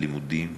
הלימודים,